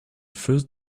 first